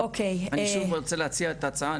אני שוב רוצה להציע את ההצעה,